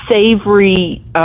savory